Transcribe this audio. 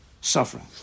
suffering